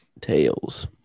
Tails